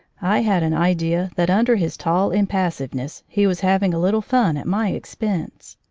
i had an idea that under his tall impassiveness he was having a little fun at my expense.